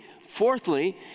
Fourthly